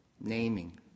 Naming